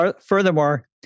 furthermore